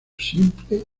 simple